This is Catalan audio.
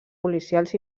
policials